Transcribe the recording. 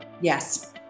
Yes